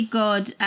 good